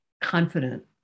confident